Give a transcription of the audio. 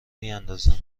میاندازند